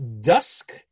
Dusk